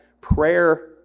prayer